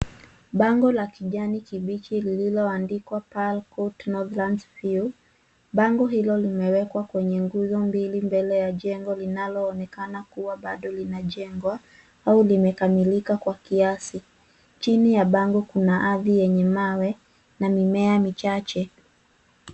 Bango la kijani kibichi lililoandikwa Pearl Court Northlands View . Bango hilo limewekwa kwenye nguzo mbili mbele ya jengo linaloonekana kuwa bado linajengwa au limekamilika kwa kiasi. Chini ya bango kuna ardhi yenye mawe na mimea michache.